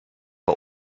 are